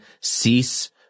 cease